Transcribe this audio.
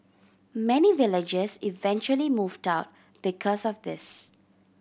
many villagers eventually moved out because of this